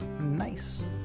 nice